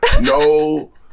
No